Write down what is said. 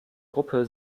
gruppe